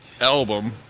album